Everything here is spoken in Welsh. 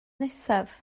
nesaf